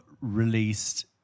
released